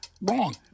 wrong